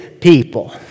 people